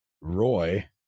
Roy